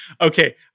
Okay